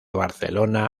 barcelona